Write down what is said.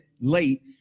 late